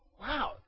wow